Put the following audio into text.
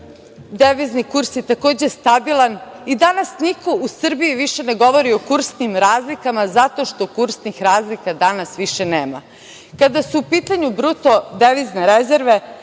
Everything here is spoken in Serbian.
Devizni kurs je takođe stabilan. Danas niko u Srbiji više ne govori o kursnim razlikama zato što kursnih razlika danas više nema. Kada su u pitanju bruto devizne rezerve,